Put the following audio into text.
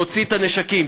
להוציא את הנשקים.